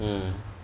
mm